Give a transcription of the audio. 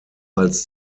als